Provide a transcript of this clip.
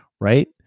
right